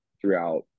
throughout